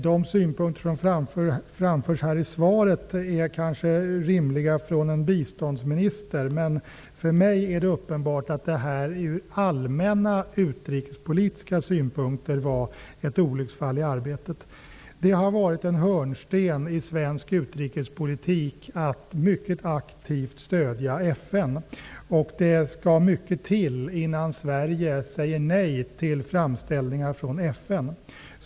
De synpunkter som framförs i svaret är kanske rimliga från en biståndsminister. Men för mig är det uppenbart att det här är allmänna utrikespolitiska synpunkter, och att det alltså är ett olycksfall i arbetet. Det har ju varit en hörnsten i svensk utrikespolitik att mycket aktivt stödja FN. Det skall mycket till innan Sverige säger nej till framställningar från FN.